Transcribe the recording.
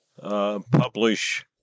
Publish